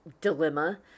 dilemma